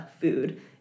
food